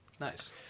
Nice